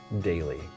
daily